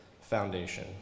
foundation